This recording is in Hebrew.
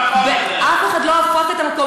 אף אחד לא הפך את המקום,